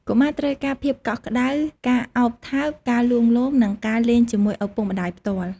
កុមារត្រូវការភាពកក់ក្ដៅ ការឱបថើប ការលួងលោម និងការលេងជាមួយឪពុកម្ដាយផ្ទាល់។